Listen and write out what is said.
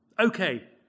Okay